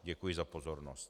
Děkuji za pozornost.